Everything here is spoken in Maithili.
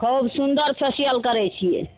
खूब सुन्दर फेसियल करय छियै